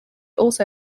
also